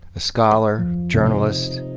a scholar, journalist,